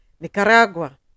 Nicaragua